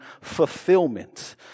fulfillment